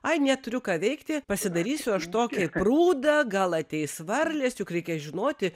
ai neturiu ką veikti pasidarysiu aš tokį prūdą gal ateis varlės juk reikia žinoti